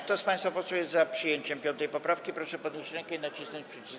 Kto z państwa posłów jest za przyjęciem 5. poprawki, proszę podnieść rękę i nacisnąć przycisk.